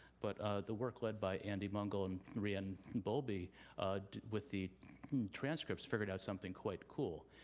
but the work led by andy mungall and reanne bowlby with the transcripts figured out something quite cool.